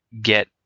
get